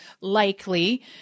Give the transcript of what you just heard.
likely